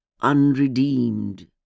unredeemed